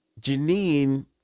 Janine